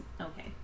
okay